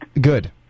Good